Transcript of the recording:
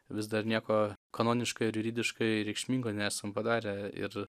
vis dar nieko kanoniškai ir juridiškai reikšmingo nesam padarę ir